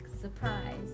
surprise